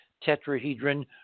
tetrahedron